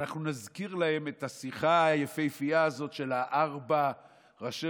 אנחנו נזכיר להם את השיחה היפהפייה הזאת של ארבעה ראשי